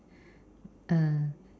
uh